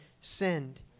sinned